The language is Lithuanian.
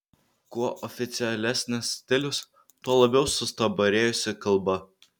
kuo oficialesnis stilius tuo labiau sustabarėjusi kalba